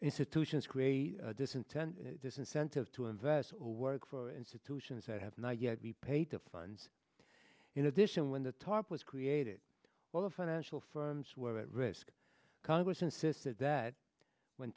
institutions create a disincentive to invest or work for institutions that have not yet repaid the funds in addition when the top was created while the financial firms were at risk congress insisted that when